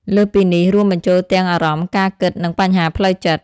លើសពីនេះរួមបញ្ចូលទាំងអារម្មណ៍ ការគិត និងបញ្ហាផ្លូវចិត្ត។